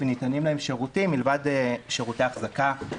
וניתנים להם שירותים מלבד שירותי אחזקה,